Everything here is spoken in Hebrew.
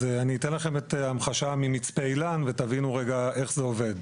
אז אני אתן לכם המחשה ממצפה אילן ותבינו רגע איך זה עובד.